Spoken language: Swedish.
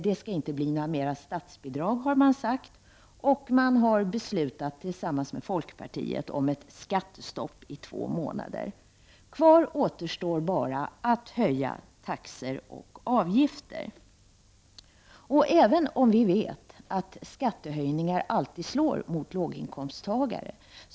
Det skall inte bli mera statsbidrag, har man sagt, och tillsammans med folkpartiet har regeringen beslutat om ett skattestopp i två månader. Kvar återstår bara att höja taxor och avgifter. Vi vet att skattehöjningar alltid slår mot låginkomsttagare.